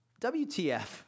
WTF